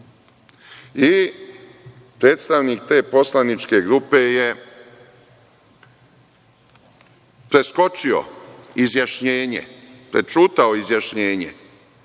I predstavnik te poslaničke grupe je preskočio izjašnjenje, prećutao izjašnjenje. Da